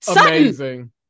Amazing